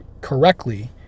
correctly